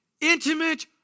intimate